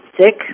sick